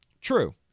true